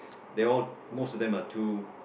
they all most of them are too